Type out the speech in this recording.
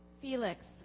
Felix